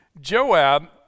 Joab